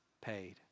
paid